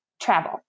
travel